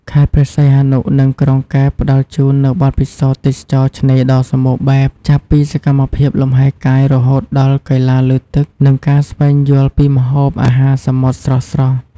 ខេត្តព្រះសីហនុ និងក្រុងកែប ផ្តល់ជូននូវបទពិសោធន៍ទេសចរណ៍ឆ្នេរដ៏សម្បូរបែប ចាប់ពីសកម្មភាពលំហែកាយរហូតដល់កីឡាលើទឹក និងការស្វែងយល់ពីម្ហូប អាហារសមុទ្រស្រស់ៗ។